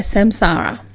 Samsara